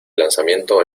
lanzamiento